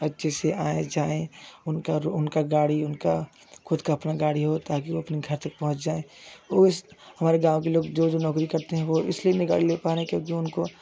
अच्छे से आए जाए उनका उनका गाड़ी उनका खुद का अपना गाड़ी हो ताकि वो अपनी घर तक पहुँच जाए वो हमारे गाँव के लोग जो नौकरी करते हैं वो इसलिए निकाल पा रहे क्योंकि उनको